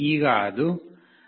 ಈಗ ಅದು 0